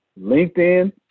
LinkedIn